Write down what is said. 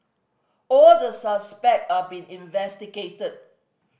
all the suspect are being investigated